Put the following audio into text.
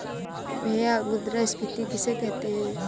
भैया मुद्रा स्फ़ीति किसे कहते हैं?